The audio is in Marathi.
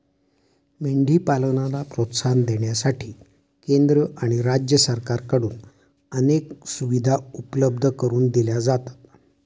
मेंढी पालनाला प्रोत्साहन देण्यासाठी केंद्र आणि राज्य सरकारकडून अनेक सुविधा उपलब्ध करून दिल्या जातात